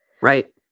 right